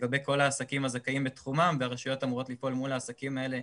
לגבי כל העסקים הזכאים בתחומן והרשויות אמורות לפעול מול העסקים האלה,